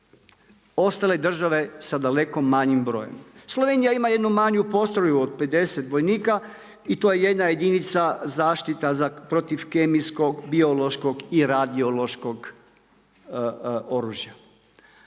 ostale države sa daleko manjim brojem. Slovenija ima jednu manju postrojbu od 50 vojnika i to je jedna jedinica zaštita protiv kemijskog biološkog i radiološkog oružja.